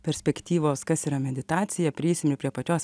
perspektyvos kas yra meditacija prieisim ir prie pačios